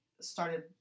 started